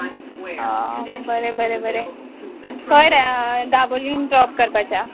बरें बरें बरें खंय रे दाबोलीन ड्रॉप करपाचें